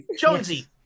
Jonesy